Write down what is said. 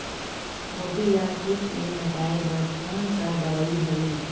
गोभी ल कीट ले बचाय बर कोन सा दवाई हवे?